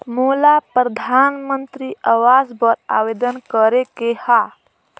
मोला परधानमंतरी आवास बर आवेदन करे के हा?